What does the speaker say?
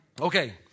Okay